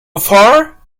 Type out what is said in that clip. far